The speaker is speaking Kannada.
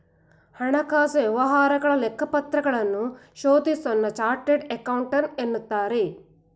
ಹಣಕಾಸು ವ್ಯವಹಾರಗಳ ಲೆಕ್ಕಪತ್ರಗಳನ್ನು ಶೋಧಿಸೋನ್ನ ಚಾರ್ಟೆಡ್ ಅಕೌಂಟೆಂಟ್ ಎನ್ನುತ್ತಾರೆ